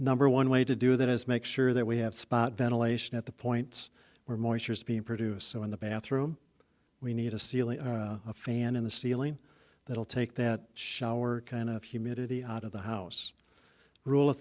number one way to do that is make sure that we have spot ventilation at the points where moisture is being produced so in the bathroom we need a ceiling fan in the ceiling that will take that shower kind of humidity out of the house rule of